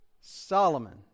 Solomon